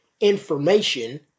information